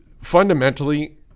fundamentally